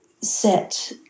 set